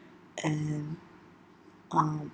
and um